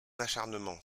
acharnement